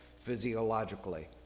physiologically